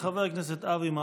חבר הכנסת אבי מעוז,